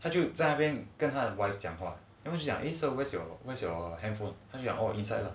他就在那边跟他的 wife 讲话 then 我就讲 eh sir where is your handphone 他就讲 inside